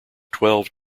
twelve